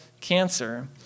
cancer